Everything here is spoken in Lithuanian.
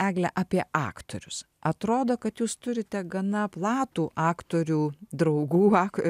egle apie aktorius atrodo kad jūs turite gana platų aktorių draugų vak